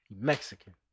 Mexican